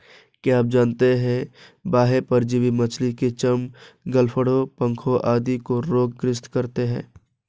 क्या आप जानते है बाह्य परजीवी मछली के चर्म, गलफड़ों, पंखों आदि को रोग ग्रस्त करते हैं?